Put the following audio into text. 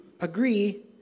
agree